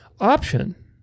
option